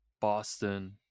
Boston